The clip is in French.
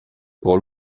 pour